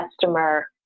customer